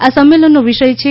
આ સંમેલનનો વિષય છે